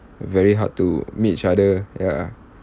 very hard to meet each other ya